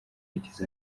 yigeze